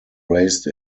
raised